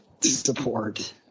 support